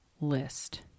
list